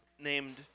named